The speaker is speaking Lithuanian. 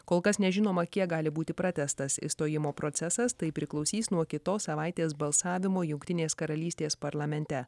kol kas nežinoma kiek gali būti pratęstas išstojimo procesas tai priklausys nuo kitos savaitės balsavimo jungtinės karalystės parlamente